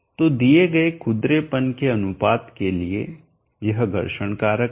तो दिए गए खुरदरेपन के अनुपात के लिए यह घर्षण कारक है